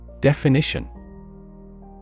Definition